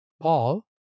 Paul